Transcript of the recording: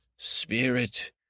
Spirit